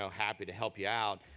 so happy to help you out.